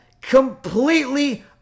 completely